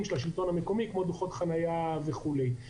השלטון המקומי כמו דוחות חנייה וכולי.